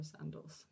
sandals